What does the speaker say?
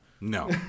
No